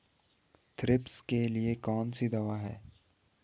Thrips के लिए कौन सी दवा है?